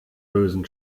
bösen